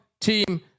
team